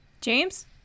James